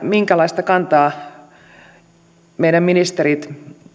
minkälaista kantaa meidän ministerimme